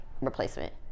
replacement